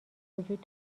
وجود